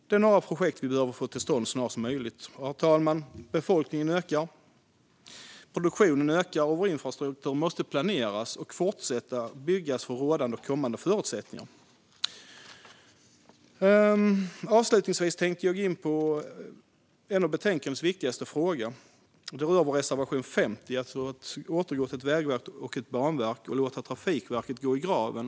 Det är några projekt som måste komma till stånd snarast möjligt. Befolkningen ökar, produktionen ökar och infrastrukturen måste planeras och byggas för rådande och kommande förutsättningar. Avslutningsvis tänkte jag gå in på en av betänkandets viktigaste frågor, som rör Sverigedemokraternas reservation 50 om att återgå till ett vägverk och ett banverk och låta Trafikverket gå i graven.